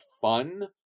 fun